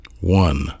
One